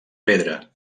pedra